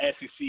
SEC